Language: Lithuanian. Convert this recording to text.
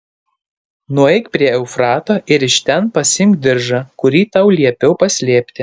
nueik prie eufrato ir iš ten pasiimk diržą kurį tau liepiau paslėpti